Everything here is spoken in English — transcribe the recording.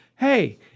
Hey